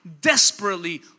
desperately